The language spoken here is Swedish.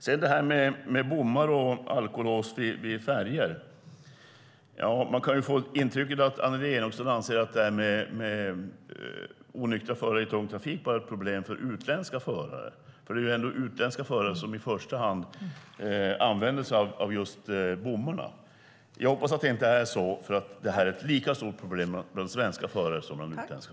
Beträffande bommar och alkolås vid färjor: Man kan få intrycket att Annelie Enochson anser att detta med onyktra förare i tung trafik är ett problem bara för utländska förare, för det är ändå utländska förare som i första hand använder sig av just bommarna. Jag hoppas att det inte är så, för detta är ett lika stort problem bland svenska förare som bland utländska.